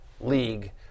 league